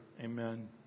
Amen